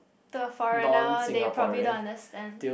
to a foreigner they probably don't understand